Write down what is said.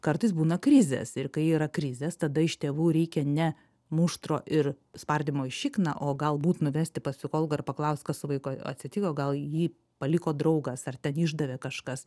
kartais būna krizės ir kai yra krizės tada iš tėvų reikia ne muštro ir spardymo į šikną o galbūt nuvesti pas psichologą ir paklaust kas vaikui atsitiko gal jį paliko draugas ar ten išdavė kažkas